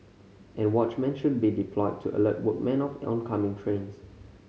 and watchmen should be deployed to alert workmen of oncoming trains